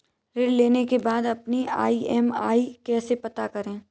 ऋण लेने के बाद अपनी ई.एम.आई कैसे पता करें?